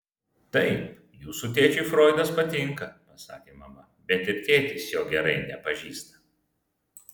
taip jūsų tėčiui froidas patinka pasakė mama bet ir tėtis jo gerai nepažįsta